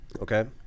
Okay